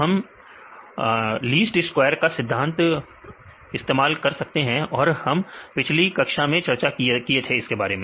तो हम least square का सिद्धांत इस्तेमाल कर सकते हैं और हमने पिछली कक्षा में चर्चा की थी